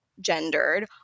gendered